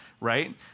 right